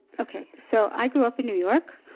ok, so i grew up in new york,